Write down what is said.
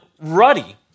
ruddy